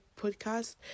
podcast